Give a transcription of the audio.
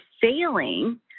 failing